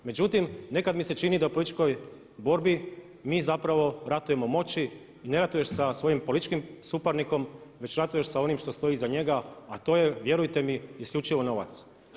Međutim, nekad mi se čini da u političkoj borbi mi zapravo ratujemo s moći ne ratujući sa svojim političkim suparnikom već ratujemo s onim što stoji iza njega, a to je vjerujte mi isključivo novac.